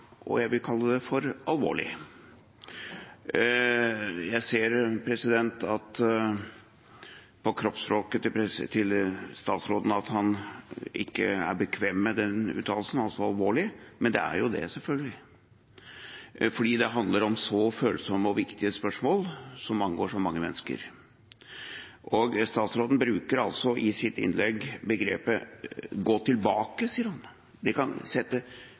og jeg vil kalle det alvorlig. Jeg ser på kroppsspråket til statsråden at han ikke er bekvem med uttalelsen at det er «alvorlig», men det er selvfølgelig det, fordi det handler om så følsomme og viktige spørsmål som angår så mange mennesker. Statsråden bruker i sitt innlegg uttrykket «et skritt tilbake», at det